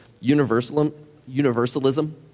Universalism